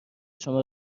شما